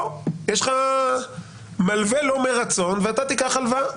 יש לך מלווה לא מרצון ואתה תיקח הלוואה.